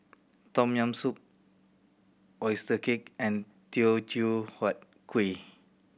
Tom Yam Soup oyster cake and Teochew Huat Kuih